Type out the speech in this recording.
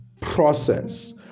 process